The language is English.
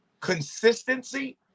consistency